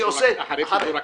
אחרי פיזור הכנסת.